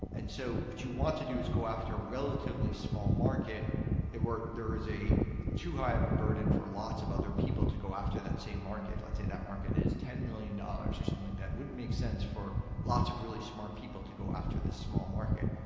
and so what you want to do is go after relatively small market where there is a too high of a burden for lots of other people to go after that same market. let's say that market is ten million dollars, or something like that, it wouldn't make sense for lots of really smart people to go after this small market.